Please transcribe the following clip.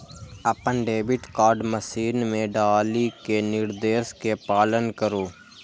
अपन debit card machine मे डालि कें निर्देश के पालन करु